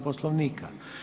Poslovnika.